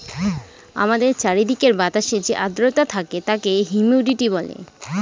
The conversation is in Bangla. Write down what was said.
আমাদের চারিদিকের বাতাসে যে আদ্রতা থাকে তাকে হিউমিডিটি বলে